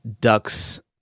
duck's